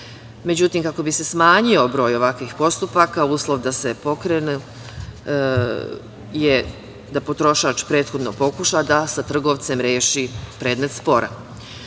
kako bi se smanjio broj ovakvih postupaka, uslov da se pokrene je da potrošač prethodno pokuša da sa trgovcem reši predmet spora.